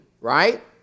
right